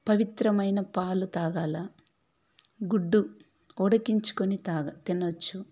పవిత్రమైన పాలు తాగాల గుడ్డు ఉడికించుకుని తాగా తినవచ్చు